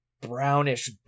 brownish